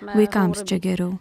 vaikams čia geriau